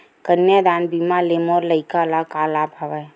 कन्यादान बीमा ले मोर लइका ल का लाभ हवय?